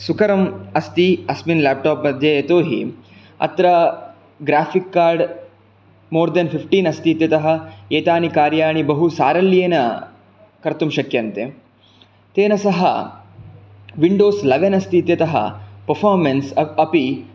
सुकरम् अस्ति अस्मिन् लेप्टाप् मध्ये यतोहि अत्र graphic card more than fifteen अस्ति इत्यतः एतानि कार्याणि बहुसारल्येन कर्तुं शक्यन्ते तेन सह विण्डोज़् ल्येवन् अस्ति इत्यतः पफ़ामेन्स् अपि